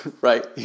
right